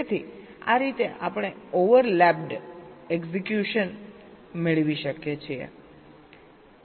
તેથી આ રીતે આપણે ઓવરલેપ એક્ઝેક્યુશન મેળવી શકીએ છીએ